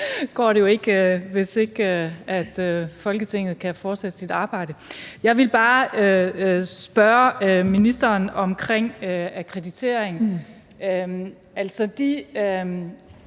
går jo ikke, hvis ikke Folketinget kan fortsætte sit arbejde. Jeg vil bare spørge ministeren til akkreditering. Altså, er